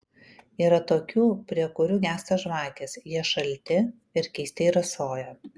yra tokių prie kurių gęsta žvakės jie šalti ir keistai rasoja